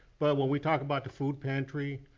but when we talk about the food pantry,